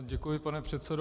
Děkuji, pane předsedo.